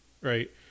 right